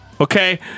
okay